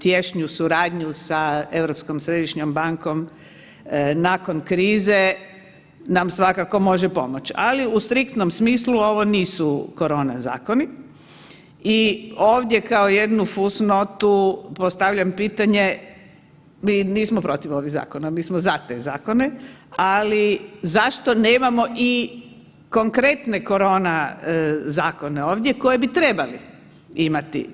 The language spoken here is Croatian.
tješnju suradnju sa Europskom središnjom bankom nakon krize nam svakako može pomoći, ali u striktnom smislu ovo nisu korona zakoni i ovdje kao jednu fusnotu postavljam pitanje, mi nismo protiv ovih zakona, mi smo za te zakone, ali zašto nemamo i konkretne korona zakone ovdje koji bi trebali imati?